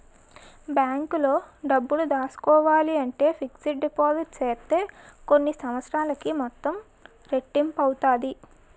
బ్యాంకులో డబ్బులు దాసుకోవాలంటే ఫిక్స్డ్ డిపాజిట్ సేత్తే కొన్ని సంవత్సరాలకి మొత్తం రెట్టింపు అవుతాది